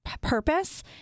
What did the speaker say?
purpose